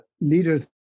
leaders